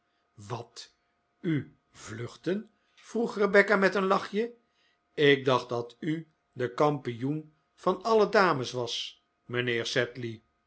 wat u vluchten vroeg rebecca met een lachje ik dacht dat u de kampioen van alle dames was mijnheer